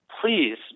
please